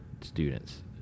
students